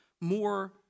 more